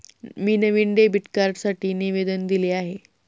मी नवीन डेबिट कार्डसाठी निवेदन दिले आहे